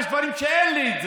יש דברים שאין לי.